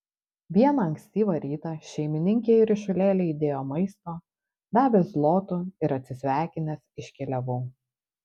vieną ankstyvą rytą šeimininkė į ryšulėlį įdėjo maisto davė zlotų ir atsisveikinęs iškeliavau